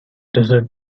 desert